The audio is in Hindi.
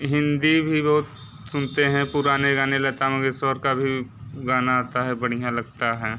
हिंदी भी बहुत सुनते हैं पुराने गाने लता मंगेशकर का भी गाना आता है बढ़िया लगता है